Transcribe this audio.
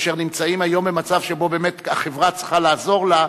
אשר נמצאים היום במצב שבו באמת החברה צריכה לעזור להם.